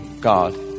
God